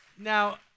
Now